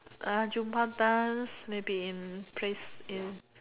Zumba dance maybe in place in